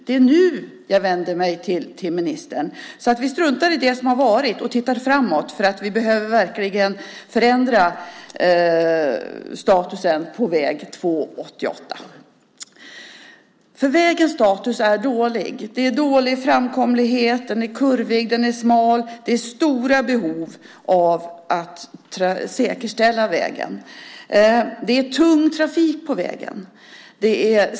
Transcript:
Det är nu jag vänder mig till ministern, så vi struntar i det som har varit och tittar framåt. Vi behöver verkligen förändra statusen på väg 288. Vägens status är nämligen dålig. Det är dålig framkomlighet, den är kurvig och smal och det finns stora behov av att säkerställa vägen. Det går tung trafik på vägen.